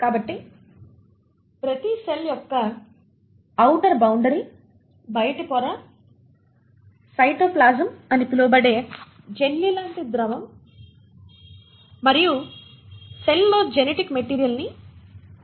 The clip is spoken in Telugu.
కాబట్టి ప్రతి సెల్ యొక్క ఔటర్ బౌండరీ బయటి పొర సైటోప్లాజం అని పిలువబడే జెల్లీలాంటి ద్రవం మరియు సెల్ లో జెనెటిక్ మెటీరియల్ ని కలిగి ఉంటుంది